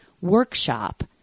workshop